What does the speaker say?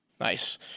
nice